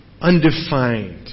undefined